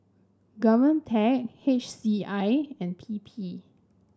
Govtech H C I and P P